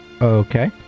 Okay